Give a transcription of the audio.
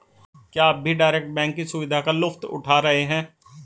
क्या आप भी डायरेक्ट बैंक की सुविधा का लुफ्त उठा रहे हैं?